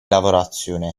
lavorazione